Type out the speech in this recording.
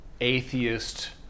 atheist